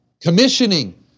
commissioning